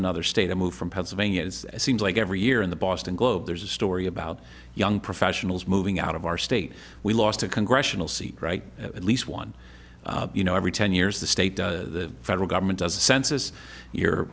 another state i moved from pennsylvania as seems like every year in the boston globe there's a story about young professionals moving out of our state we lost a congressional seat right at least one you know every ten years the state does the federal government does a census you